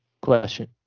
Question